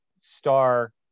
star